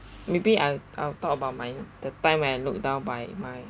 maybe I'll I'll talk about mine the time when I looked down by my